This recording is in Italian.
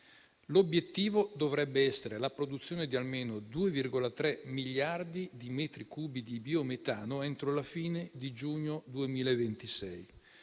L'obiettivo dovrebbe essere la produzione di almeno 2,3 miliardi di metri cubi di biometano entro la fine di giugno 2026.